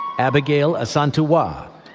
abigail asantewaa,